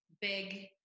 big